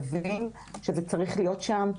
מבינים שזה צריך להיות שם,